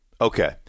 Okay